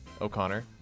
O'Connor